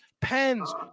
pens